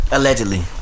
Allegedly